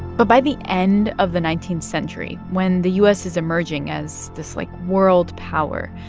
but by the end of the nineteenth century, when the u s. is emerging as this, like, world power,